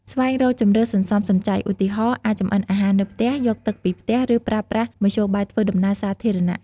ស្វែងរកជម្រើសសន្សំសំចៃ ឧទាហរណ៍ អាចចម្អិនអាហារនៅផ្ទះ យកទឹកពីផ្ទះ ឬប្រើប្រាស់មធ្យោបាយធ្វើដំណើរសាធារណៈ។